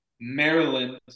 Maryland